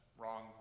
wrong